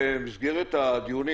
במסגרת הדיונים,